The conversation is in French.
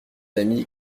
amis